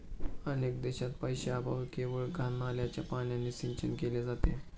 अनेक देशांत पैशाअभावी केवळ घाण नाल्याच्या पाण्याने सिंचन केले जाते